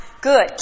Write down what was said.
Good